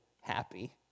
happy